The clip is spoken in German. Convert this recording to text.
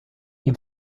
ihm